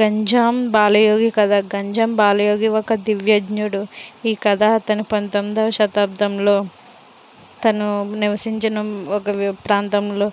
గంజాం బాలయోగి కదా గంజాం బాలయోగి ఒక దివ్యజ్ఞుడు ఈ కథ తన పంతొమ్మిదవ శతాబ్దంలో తను నివసించిన ఒక ప్రాంతంలో